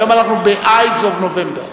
היום אנחנו ב-Ides of November.